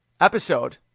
episode